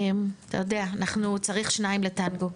אתה יודע, צריך שניים לטנגו.